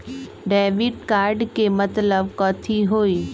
Debit card के मतलब कथी होई?